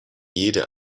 jede